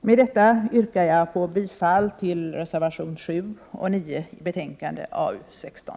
Med detta yrkar jag bifall till reservationerna 7 och 9 i betänkande AU16.